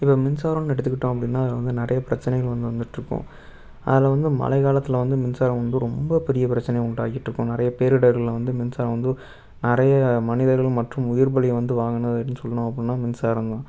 இப்போ மின்சாரம்ன்னு எடுத்துக்கிட்டோம் அப்படின்னா அதில் வந்து நிறையப் பிரச்சனைகள் வந்து வந்துட்டு இருக்கும் அதில் வந்து மழைக்காலத்தில் வந்து மின்சாரம் வந்து ரொம்ப பெரிய பிரச்சனையாக உண்டாக்கிட்டு இருக்கும் நிறையப் பேரிடர்களில் வந்து மின்சாரம் வந்து நிறையா மனிதர்களும் மற்றும் உயிர்பலி வந்து வாங்குனதுன்னு சொன்னோம் அப்படின்னா மின்சாரம்தான்